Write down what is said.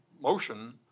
motion